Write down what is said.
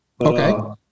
Okay